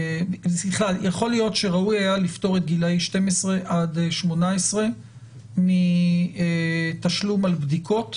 סליחה יכול להיות שהיה ראוי לפטור את גילאי 12 עד 18 מתשלום על בדיקות,